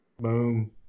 Boom